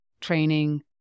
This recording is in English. training